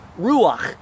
ruach